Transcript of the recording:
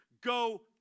go